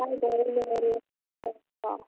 ꯀꯥꯏꯗ